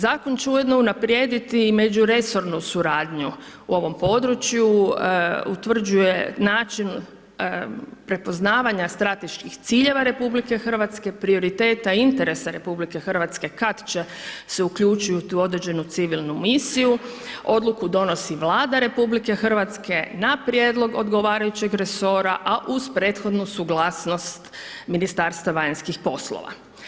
Zakon će ujedno unaprijediti i međuresornu suradnju u ovom području, utvrđuje način prepoznavanja strateških ciljeva RH, prioriteta i interesa RH kad će se uključiti u određenu civilnu misiju, odluku donosi Vlada RH na prijedlog odgovarajućeg Resora, a uz prethodnu suglasnost Ministarstva vanjskih poslova.